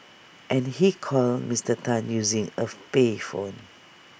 and he called Mister Tan using A payphone